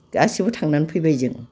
गासैबो थांनानै फैबाय जों